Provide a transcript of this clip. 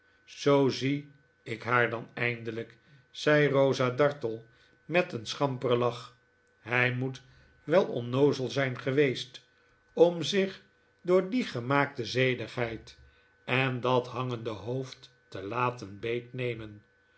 zoo zie ik haar dan eindelijk zei rosa dartle met een schamperen lach hij moet wel onnoozel zijn geweest om zich door die gemaakte zedigheid en dat hangende hoofd te laten